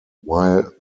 while